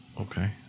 Okay